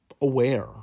aware